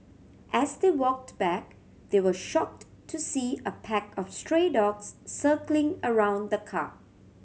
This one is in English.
as they walked back they were shocked to see a pack of stray dogs circling around the car